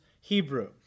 Hebrew